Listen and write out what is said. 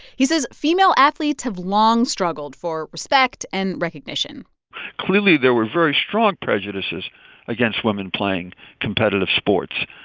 he says female athletes have long struggled for respect and recognition clearly, there were very strong prejudices against women playing competitive sports.